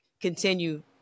continue